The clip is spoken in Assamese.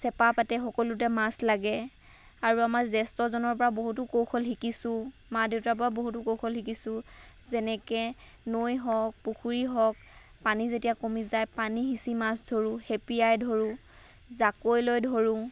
চেপা পাতে সকলোতে মাছ লাগে আৰু আমাৰ জ্যেষ্ঠজনৰ পৰা বহুতো কৌশল শিকিছোঁ মা দেউতাৰ পৰাও বহুতো কৌশল শিকিছোঁ যেনেকৈ নৈ হওক পুখুৰী হওক পানী যেতিয়া কমি যায় পানী সিঁচি মাছ ধৰোঁ হেপিয়াই ধৰোঁ জাকৈ লৈ ধৰোঁ